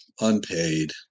unpaid